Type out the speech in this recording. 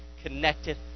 connected